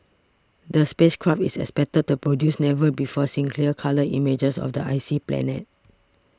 the space craft is expected to produce never before seen clear colour images of the icy planet